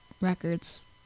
records